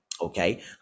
okay